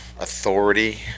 authority